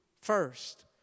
first